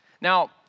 Now